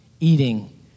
Eating